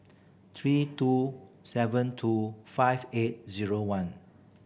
three two seven two five eight zero one